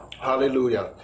hallelujah